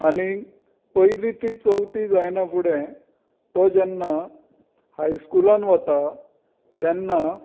आनीक पयली ती चवथी जायना फुडें तो जेन्ना हायस्कुलांत वता तेन्ना